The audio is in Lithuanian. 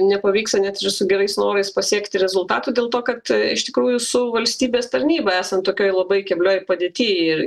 nepavyksta net ir su gerais norais pasiekti rezultatų dėl to kad iš tikrųjų su valstybės tarnyba esant tokioj labai keblioj padėty